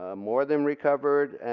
ah more than recovered,